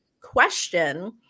question